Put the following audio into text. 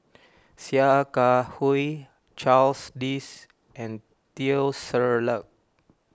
Sia Kah Hui Charles Dyce and Teo Ser Luck